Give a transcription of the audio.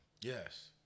Yes